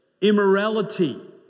immorality